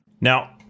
Now